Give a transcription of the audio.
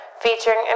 featuring